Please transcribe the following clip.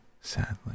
sadly